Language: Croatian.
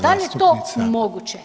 Da li je to moguće?